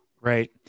Right